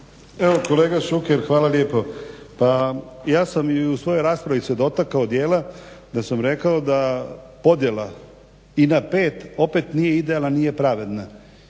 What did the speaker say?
Kolega Šuker, hvala lijepo. Ja sam u svojoj raspravi se dotakao dijela da sam rekao podjela i na pet opet nije idealna i nije pravedna.